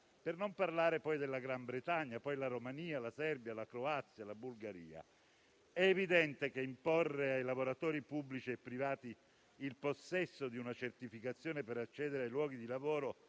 per non parlare poi della Gran Bretagna, della Romania, della Serbia, della Croazia e della Bulgaria. È evidente che imporre ai lavoratori pubblici e privati il possesso di una certificazione per accedere ai luoghi di lavoro